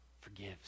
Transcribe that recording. forgives